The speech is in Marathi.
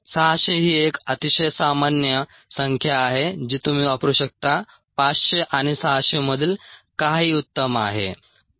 सहाशे ही एक अतिशय सामान्य संख्या आहे जी तुम्ही वापरू शकता 500 आणि 600 मधील काहीही उत्तम आहे